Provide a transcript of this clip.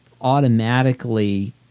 automatically